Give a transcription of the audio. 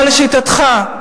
אבל לשיטתך,